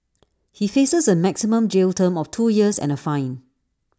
he faces A maximum jail term of two years and A fine